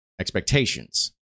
Expectations